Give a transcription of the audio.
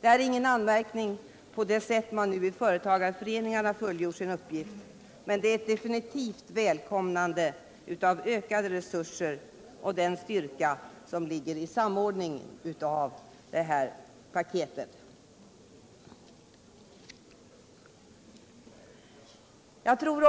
Detta är ingen anmärkning mot det sätt på vilket man nu i företagarföreningarna fullgör sin uppgift, men det är ett definitivt välkomnande av ökade resurser och den styrka som ligger i samordningen av detta paket. Jag tror